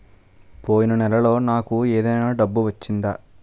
పోయిన నెలలో నాకు ఏదైనా డబ్బు వచ్చిందా?